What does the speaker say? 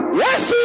yes